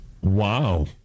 Wow